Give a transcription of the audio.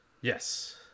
Yes